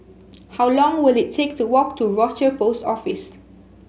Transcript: how long will it take to walk to Rochor Post Office